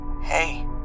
hey